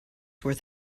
worth